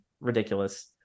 ridiculous